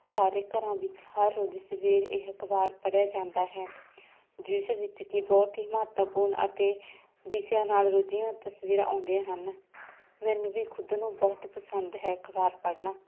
ਸਾਰੇ ਘਰਾਂ ਵਿੱਚ ਹਰ ਰੋਜ਼ ਸਵੇਰ ਇਹ ਅਖ਼ਬਾਰ ਪੜ੍ਹਿਆ ਜਾਂਦਾ ਹੈ ਜਿਸ ਵਿੱਚ ਕਿ ਬਹੁਤ ਹੀ ਮਹੱਤਵਪੂਰਨ ਅਤੇ ਵਿਸ਼ਿਆ ਨਾਲ ਰੁੱਝੀਆਂ ਤਸਵੀਰਾਂ ਆਉਂਦੀਆਂ ਹਨ ਮੈਨੂੰ ਵੀ ਖੁਦ ਨੂੰ ਬਹੁਤ ਪਸੰਦ ਹੈ ਅਖ਼ਬਾਰ ਪੜ੍ਹਨਾ